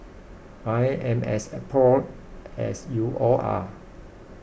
I am as appalled as you all are